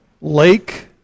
lake